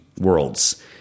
worlds